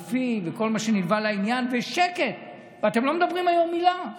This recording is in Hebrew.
רבים וטובים נושעו מישועותיו בסייעתא